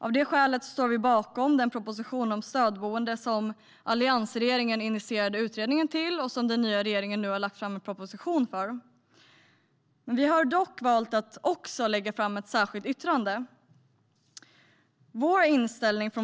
Av det skälet står vi bakom propositionen om stödboende - alliansregeringen initierade utredningen om detta, och den nya regeringen har nu lagt fram en proposition om det. Vi har dock valt att också göra ett särskilt yttrande.